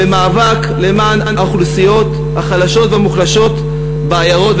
ומאבק למען האוכלוסיות החלשות והמוחלשות בעיירות,